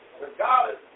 regardless